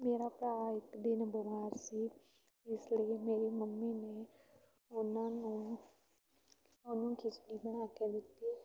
ਮੇਰਾ ਭਰਾ ਇੱਕ ਦਿਨ ਬਿਮਾਰ ਸੀ ਇਸ ਲਈ ਮੇਰੀ ਮੰਮੀ ਨੇ ਉਹਨਾਂ ਨੂੰ ਉਹਨੂੰ ਖਿਚੜੀ ਬਣਾ ਕੇ ਦਿੱਤੀ